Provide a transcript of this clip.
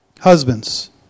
Husbands